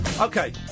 Okay